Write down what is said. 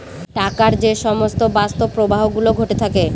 টাকার যে সমস্ত বাস্তব প্রবাহ গুলো ঘটে থাকে